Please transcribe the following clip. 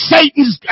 Satan's